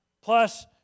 Plus